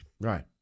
Right